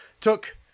took